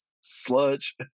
sludge